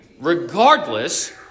regardless